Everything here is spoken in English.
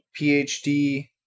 PhD